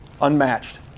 unmatched